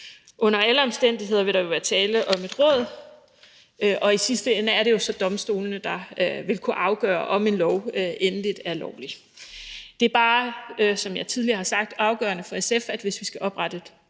Under alle omstændigheder vil der jo være tale om et råd, og i sidste ende er det jo så domstolene, der vil kunne afgøre, om en lov endeligt er lovlig. Det er bare – som jeg tidligere har sagt – afgørende for SF, at hvis vi skal oprette et